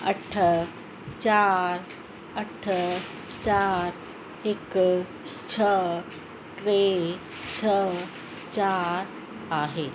अठ चारि अठ चारि हिकु छह टे छह चारि आहे